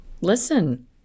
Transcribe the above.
Listen